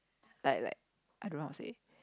like like I don't know how to say